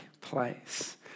Place